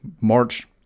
March